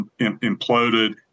imploded